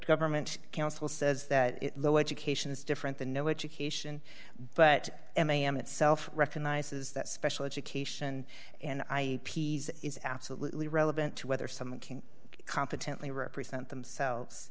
government counsel says that low education is different than no education but m e m itself recognizes that special education and i p's is absolutely relevant to whether someone can competently represent themselves